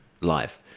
live